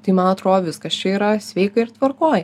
tai man atro viskas čia yra sveika ir tvarkoj